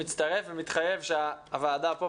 אני מצטרף ומתחייב שהוועדה פה,